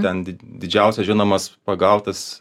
ten di didžiausias žinomas pagautas